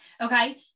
okay